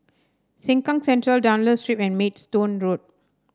Sengkang Central Dunlop Street and Maidstone Road